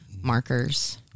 markers